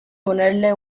ponerle